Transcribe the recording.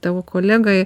tavo kolegai